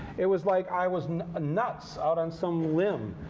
it was like i was nuts, out on some limb.